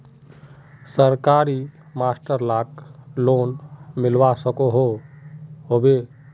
सरकारी मास्टर लाक लोन मिलवा सकोहो होबे?